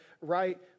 right